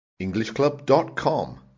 Englishclub.com